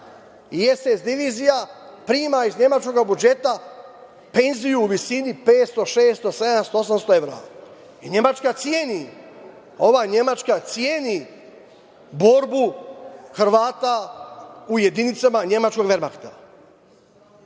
SS divizija prima iz nemačkog budžeta penziju u visini 500, 600, 700, 800 evra. Ova Nemačka ceni borbu Hrvata u jedinicama nemačkog Vermahta. Sada